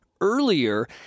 earlier